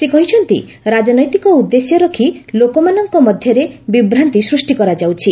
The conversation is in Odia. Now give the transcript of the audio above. ସେ କହିଛନ୍ତି ରାଜନୈତିକ ଉଦ୍ଦେଶ୍ୟ ରଖି ଲୋକମାନଙ୍କ ମଧ୍ୟରେ ବିଭ୍ରାନ୍ତି ସୃଷ୍ଟି କରାଯାଉଛି